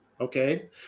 Okay